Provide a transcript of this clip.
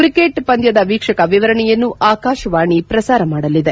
cricket ಪಂದ್ಯದ ವೀಕ್ಷಕ ವರಣೆಯನ್ನು ಆಕಾಶವಾಣಿ ಪ್ರಸಾರ ಮಾಡಲಿದೆ